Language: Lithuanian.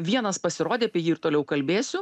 vienas pasirodė apie jį ir toliau kalbėsiu